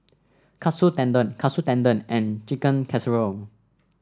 Katsu Tendon Katsu Tendon and Chicken Casserole